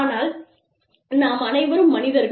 ஆனால் நாம் அனைவரும் மனிதர்கள்